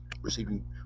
receiving